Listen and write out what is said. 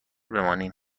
بمانیم